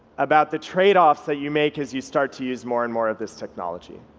about the trade-offs that you make as you start to use more and more of this technology.